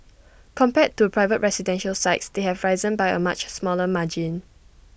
compared to private residential sites they have risen by A much smaller margin